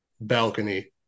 balcony